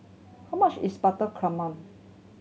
how much is Butter Calamari